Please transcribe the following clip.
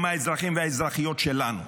הם האזרחים והאזרחיות שלנו,